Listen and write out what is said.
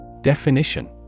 Definition